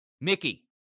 Mickey